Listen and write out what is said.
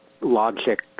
logic